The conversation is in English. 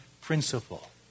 principle